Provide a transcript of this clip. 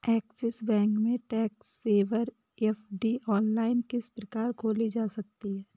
Axis bank में tax saver FD online किस प्रकार खोली जा सकती है?